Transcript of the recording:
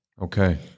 Okay